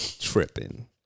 tripping